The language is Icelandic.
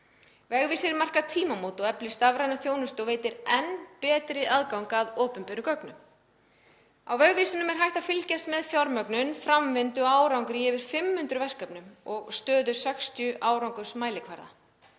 Vegvísir markar tímamót og eflir stafræna þjónustu og veitir enn betri aðgang að opinberum gögnum. Á vegvísinum er hægt að fylgjast með fjármögnun, framvindu og árangri í yfir 500 verkefnum og stöðu 60 árangursmælikvarða.